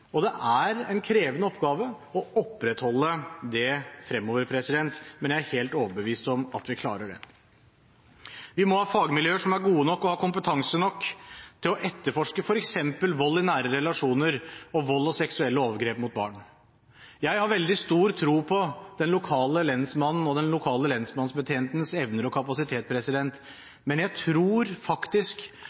og det er en krevende oppgave å opprettholde det fremover, men jeg er helt overbevist om at vi klarer det. Vi må ha fagmiljøer som er gode nok og har kompetanse nok til å etterforske f.eks. vold i nære relasjoner og vold og seksuelle overgrep mot barn. Jeg har veldig stor tro på den lokale lensmannens og den lokale lensmannsbetjentens evner og kapasitet, men jeg tror faktisk